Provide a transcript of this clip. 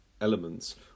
elements